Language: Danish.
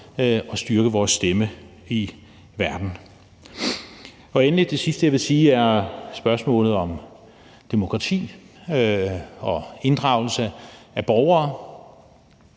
og styrke vores stemme i verden. Kl. 18:11 Endelig vil jeg nævne spørgsmålet om demokrati og inddragelse af borgere.